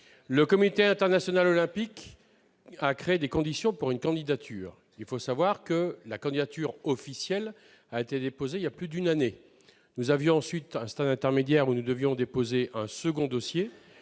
Le Comité international olympique a créé des conditions pour une candidature. Il faut le savoir, la candidature officielle a été déposée voilà plus d'une année. Au cours d'un stade intermédiaire, nous devions déposer un deuxième dossier.